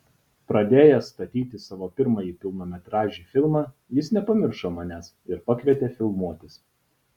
pradėjęs statyti savo pirmąjį pilnametražį filmą jis nepamiršo manęs ir pakvietė filmuotis